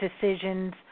decisions